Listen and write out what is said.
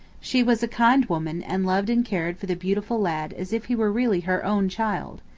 she was a kind woman and loved and cared for the beautiful lad as if he were really her own child.